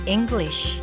English